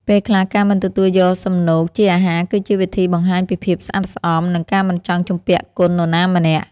ពេលខ្លះការមិនទទួលយកសំណូកជាអាហារគឺជាវិធីបង្ហាញពីភាពស្អាតស្អំនិងការមិនចង់ជំពាក់គុណនរណាម្នាក់។